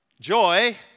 joy